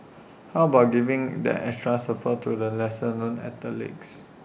how about giving that extra support to the lesser known athletes